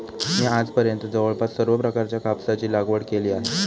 मी आजपर्यंत जवळपास सर्व प्रकारच्या कापसाची लागवड केली आहे